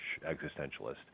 existentialist